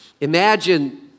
Imagine